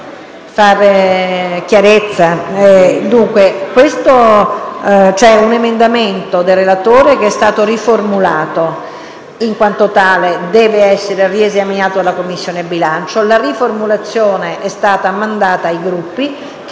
fare chiarezza. Dunque, vi e un emendamento del relatore che estato riformulato; in quanto tale, deve essere riesaminato dalla Commissione bilancio; la riformulazione e stata mandata ai Gruppi, che